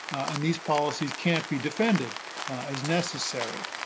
and these policies can't be defended as necessary.